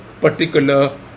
particular